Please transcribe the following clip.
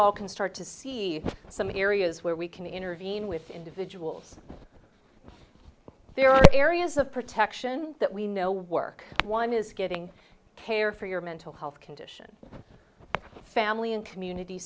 all can start to see some areas where we can intervene with individuals there are areas of protection that we know work one is getting care for your mental health condition family and community